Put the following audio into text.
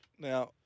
Now